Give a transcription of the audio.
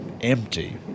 empty